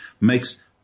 makes